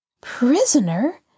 Prisoner